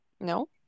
No